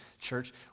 church